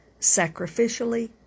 sacrificially